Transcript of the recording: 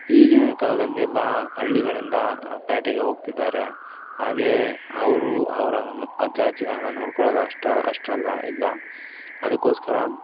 ಈಗಿನ ಕಾಲ್ದಲ್ಲೆಲ್ಲ ಹಳ್ಳಿಗಳಿಂದ ಪೇಟೆಗೆ ಹೋಗ್ತಿದ್ದಾರೆ ಹಾಗೇ ಅವರು ಅವ್ರನ್ನ ಅಜ್ಜ ಅಜ್ಜಿಗಳನ್ನು ನೋಡ್ಕೊಳೋದು ಅಷ್ಟು ಅಷ್ಟಲ್ಲ ಇಲ್ಲ ಅದಕ್ಕೋಸ್ಕರ